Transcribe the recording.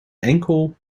enkel